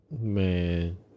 Man